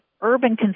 urban